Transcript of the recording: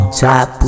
top